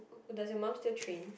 does your mum still train